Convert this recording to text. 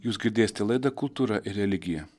jūs girdėsite laidą kultūra ir religija